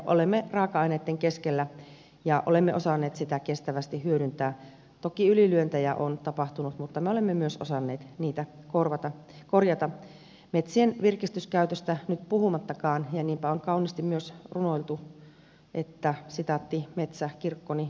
olemme raaka aineitten keskellä ja olemme osanneet sitä kestävästi hyödyntää toki ylilyöntejä on tapahtunut mutta me olemme myös osanneet niitä korjata metsien virkistyskäytöstä nyt puhumattakaan ja niinpä on kauniisti myös runoiltu että metsä kirkkoni olla saa